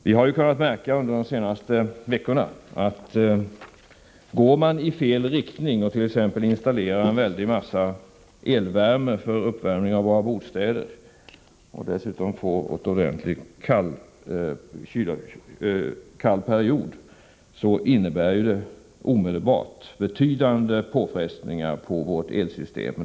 Vi har under de senaste veckorna kunnat märka att om man går i fel riktning och t.ex. installerar en väldig massa elvärme för uppvärmning av bostäder och dessutom får en ordentligt kall period, innebär detta omedelbart en betydande påfrestning på vårt elsystem.